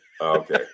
okay